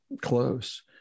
close